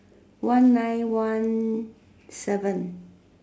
one nine one seven